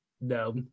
No